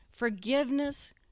Forgiveness